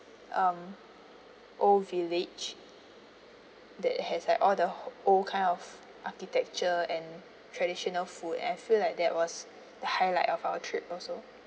um old village that has like all the old kind of architecture and traditional food and I feel like that was the highlight of our trip also